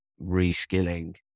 reskilling